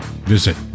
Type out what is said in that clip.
Visit